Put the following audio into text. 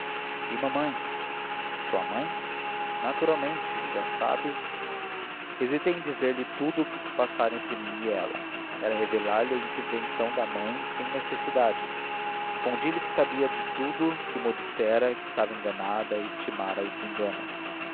e mamãe sua mãe naturalmente já sabe hesitei em dizer-lhe tudo o que se passara entre mim e ela era revelar me a invenção da mãe sem necessidade respondi-lhe que sabia tudo porque mo dissera que estava enganada e estimara o desengano